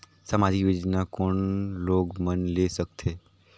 समाजिक योजना कोन लोग मन ले सकथे?